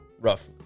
rough